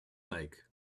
like